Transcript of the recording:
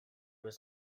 was